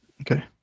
Okay